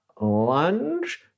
lunge